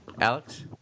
Alex